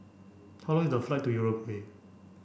how long is the flight to Uruguay